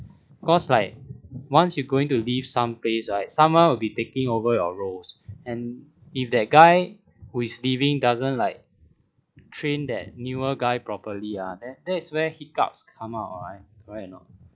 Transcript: cause like once you going to leave some place right someone will be taking over your roles and if that guy who is leaving doesn't like train that newer guy properly ah that that's where hiccups come out right correct or not